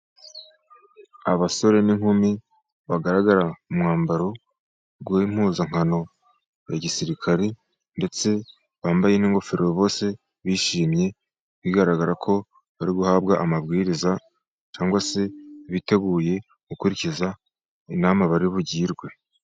Abasore n'inkumi bagaragara umwambaro w'impuzankano ya gisirikari ndetse bambaye n'ingofero, bose bishimye bigaragara ko bari guhabwa amabwiriza cyangwa se biteguye gukurikiza inama bari bugirwe.